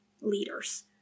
leaders